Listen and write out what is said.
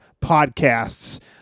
podcasts